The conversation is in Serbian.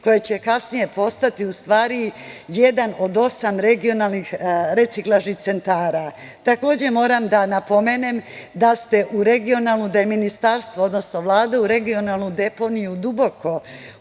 koja će kasnije postati u stvari jedan od osam regionalnih reciklažnih centara. Moram da napomenem da je ministarstvo, odnosno Vlada u regionalnu deponiju Duboko